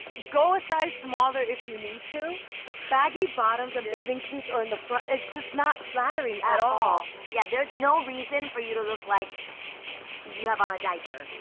go a size smaller if you need to baggy bottoms and bathing suits or in the front it's just not flattering at all. yeah, there's no reason for you to look like you have on a diaper.